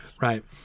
right